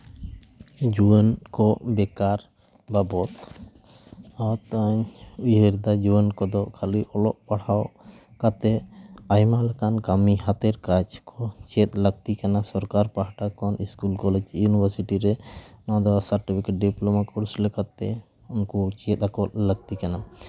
ᱡᱩᱣᱟᱹᱱ ᱠᱚ ᱵᱮᱠᱟᱨ ᱵᱟᱵᱚᱫ ᱦᱚᱛᱚᱧ ᱩᱭᱦᱟᱹᱨᱫᱟ ᱡᱩᱣᱟᱹᱱ ᱠᱚᱫᱚ ᱠᱷᱟᱹᱞᱤ ᱚᱞᱚᱜ ᱯᱟᱲᱦᱟᱣᱛᱮ ᱟᱭᱢᱟ ᱞᱮᱠᱟᱱ ᱠᱟᱹᱢᱤ ᱦᱟᱛᱮᱨ ᱠᱟᱡᱽ ᱠᱚ ᱪᱮᱫ ᱞᱟᱹᱠᱛᱤ ᱠᱟᱱᱟ ᱥᱚᱨᱠᱟᱨ ᱯᱟᱦᱴᱟ ᱠᱷᱚᱱ ᱤᱥᱠᱩᱞ ᱠᱚᱞᱮᱡᱽ ᱤᱭᱩᱱᱤᱵᱷᱟᱨᱥᱤᱴᱤ ᱨᱮ ᱱᱚᱣᱟ ᱫᱚ ᱥᱟᱨᱴᱚᱯᱷᱤᱠᱮᱴ ᱰᱤᱯᱞᱚᱢᱟ ᱠᱳᱨᱥ ᱞᱮᱠᱟᱛᱮ ᱩᱱᱠᱩ ᱪᱮᱫ ᱟᱠᱚ ᱞᱟᱹᱠᱛᱤ ᱠᱟᱱᱟ